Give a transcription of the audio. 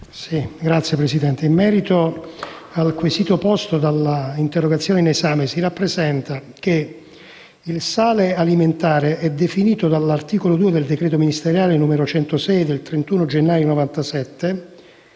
la salute*. In merito al quesito posto dall'interrogazione in esame, si rappresenta che il sale alimentare è definito all'articolo 2 del decreto ministeriale n. 106 del 31 gennaio 1997